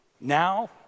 now